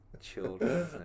children